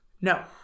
No